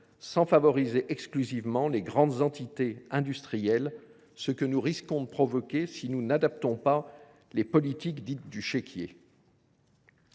sans favoriser exclusivement les offres des grandes entités industrielles, ce que nous risquons de provoquer si nous n’adaptons pas les politiques dites du chéquier.